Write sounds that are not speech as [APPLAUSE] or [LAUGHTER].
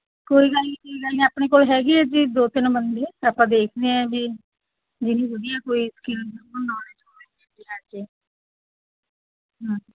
ਕੋਈ ਗੱਲ ਨਹੀਂ ਕੋਈ ਗੱਲ ਨਹੀਂ ਆਪਣੇ ਕੋਲ ਹੈਗੇ ਆ ਜੀ ਦੋ ਤਿੰਨ ਬੰਦੇ ਆਪਾਂ ਦੇਖਦੇ ਹਾਂ ਵੀ ਜਿਹੜੀ ਵਧੀਆ ਕੋਈ ਸਕਿੱਲਸ [UNINTELLIGIBLE]